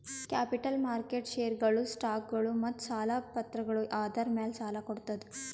capital market ಷೇರ್ಗೊಳು, ಸ್ಟಾಕ್ಗೊಳು ಮತ್ತ್ ಸಾಲ ಪತ್ರಗಳ್ ಆಧಾರ್ ಮ್ಯಾಲ್ ಸಾಲ ಕೊಡ್ತದ್